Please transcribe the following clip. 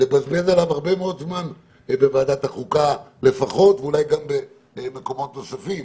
לבזבז עליו הרבה מאוד זמן בוועדת החוקה לפחות ואולי גם במקומות נוספים.